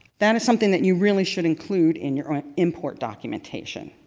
that is something that you really should include in your import documentation.